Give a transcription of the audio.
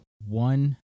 one